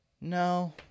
no